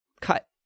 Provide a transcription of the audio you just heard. Cut